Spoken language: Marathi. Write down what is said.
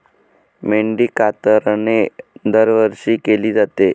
मेंढी कातरणे दरवर्षी केली जाते